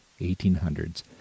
1800s